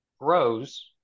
grows